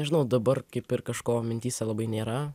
nežinau dabar kaip ir kažko mintyse labai nėra